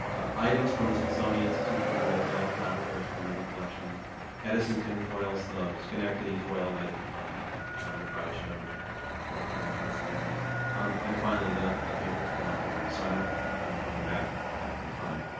items from the smithsonian institution volta laboratory experimental collections edison tinfoils the schenectady foil that john mcbride showed was eventually scanned um and finally the the paper phonoautograms. so i'm i'm kind of going back, back in time.